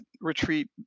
retreat